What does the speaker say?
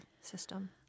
system